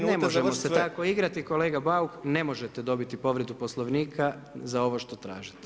Ne, ne možemo se tako igrati kolega Bauk, ne možete dobiti povredu Poslovnika za ovo što tražite.